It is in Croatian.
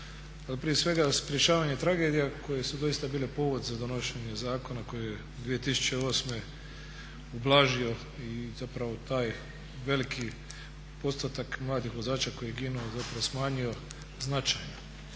prije svega sprječavanje tragedija koje su doista bile povod za donošenje zakona koji je 2008. ublažio i zapravo taj veliki postotak mladih vozača koji je ginuo, zapravo smanjio značajno.